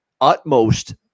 utmost